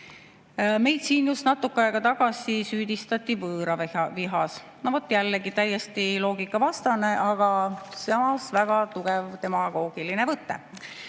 siin just natuke aega tagasi süüdistati võõravihas. No vot jällegi täiesti loogikavastane, aga samas väga tugev demagoogiline võte.